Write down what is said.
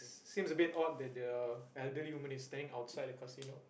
seems a bit odd that the elderly woman is standing outside the casino